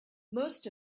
most